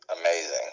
amazing